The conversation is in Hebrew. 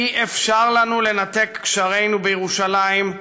אי-אפשר לנו לנתק קשרינו בירושלים,